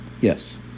Yes